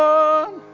one